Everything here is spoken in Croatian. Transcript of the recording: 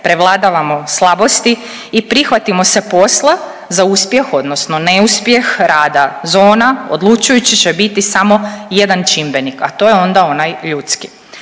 prevladavamo slabosti i prihvatimo se posla za uspjeh odnosno neuspjeh rada zona odlučujući će biti samo jedan čimbenik, a to je onda onaj ljudski.